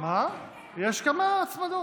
יש כמה הצמדות.